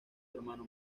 hermano